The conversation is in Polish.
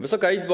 Wysoka Izbo!